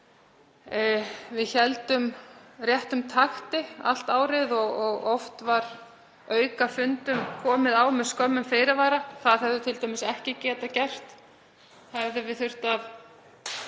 Við héldum réttum takti allt árið og oft var aukafundum komið á með skömmum fyrirvara. Það hefðum við t.d. ekki getað gert hefðum við þurft að